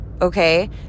Okay